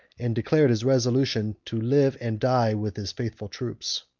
and declared his resolution to live and die with his faithful troops.